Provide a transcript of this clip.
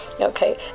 Okay